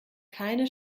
keine